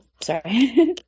Sorry